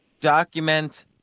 document